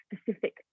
specific